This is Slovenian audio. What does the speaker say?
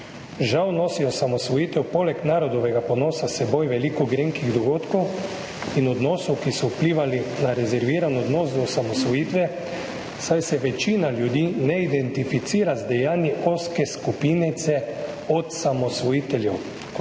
Žal nosi osamosvojitev poleg narodovega ponosa s seboj veliko grenkih dogodkov in odnosov, ki so vplivali na rezerviran odnos do osamosvojitve, saj se večina ljudi ne identificira z dejanji ozke skupinice odsamosvojiteljev,